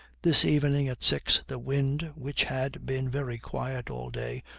this evening at six the wind, which had been very quiet all day,